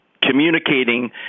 communicating